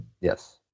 Yes